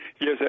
Yes